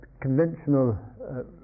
Conventional